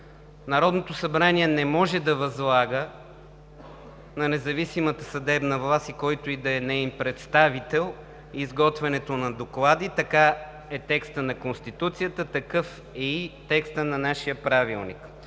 Народното събрание не може да възлага на независимата съдебна власт и на когото и да е неин представител изготвянето на доклади – така е текстът на Конституцията, такъв е и текстът на нашия Правилник.